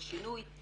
לשינוי,